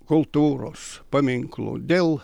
kultūros paminklų dėl